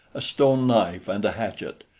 a stone knife and a hatchet.